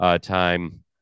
time